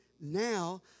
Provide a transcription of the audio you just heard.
now